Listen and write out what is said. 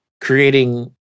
creating